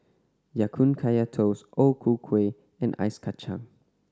Ya Kun Kaya Toast O Ku Kueh and Ice Kachang